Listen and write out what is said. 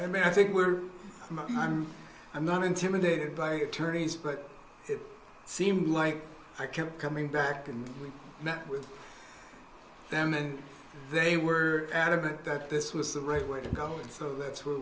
i mean i think we're i'm i'm not intimidated by attorneys but it seemed like i kept coming back and we met with them and they were adamant that this was the right way to go and so that's where